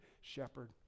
shepherd